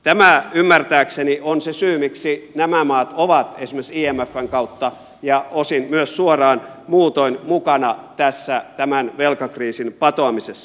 tämä ymmärtääkseni on se syy miksi nämä maat ovat esimerkiksi imfn kautta ja osin myös suoraan muutoin mukana tämän velkakriisin patoamisessa